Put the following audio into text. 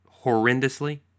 horrendously